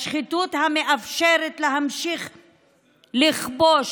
השחיתות המאפשרת להמשיך לכבוש,